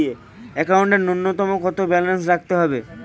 একাউন্টে নূন্যতম কত ব্যালেন্স রাখতে হবে?